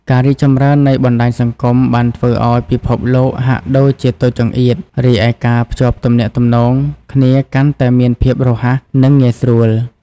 ការរីកចម្រើននៃបណ្ដាញសង្គមបានធ្វើឲ្យពិភពលោកហាក់ដូចជាតូចចង្អៀត រីឯការភ្ជាប់ទំនាក់ទំនងគ្នាកាន់តែមានភាពរហ័ស និងងាយស្រួល។